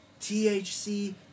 THC